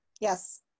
Yes